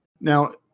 now